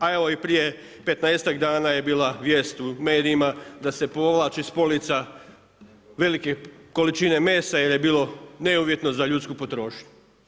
A evo i prije 15-ak dana je bila vijest u medijima da se povlači s polica velike količine mesa jer je bilo neuvjetno za ljudsku potrošnju.